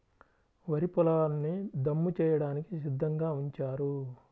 వరి పొలాల్ని దమ్ము చేయడానికి సిద్ధంగా ఉంచారు